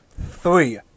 Three